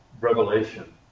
revelation